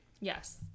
Yes